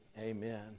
Amen